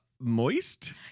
Moist